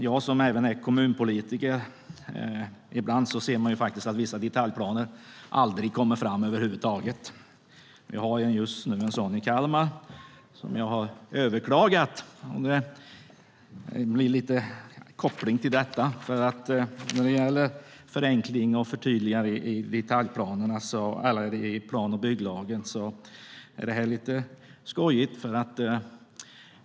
Jag är kommunpolitiker, och ibland ser man att vissa detaljplaner aldrig kommer fram. Just nu finns en sådan i Kalmar som jag har överklagat. Det blir en koppling till denna debatt. När det gäller förenkling och förtydliganden i detaljplaner enligt plan och bygglagen blir det lite skojigt med min överklagan.